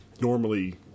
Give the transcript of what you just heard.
normally